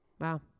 Wow